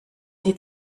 sie